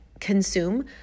consume